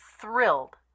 thrilled